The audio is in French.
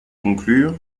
conclure